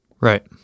Right